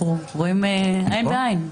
אנחנו רואים עין בעין.